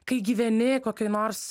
kai gyveni kokioj nors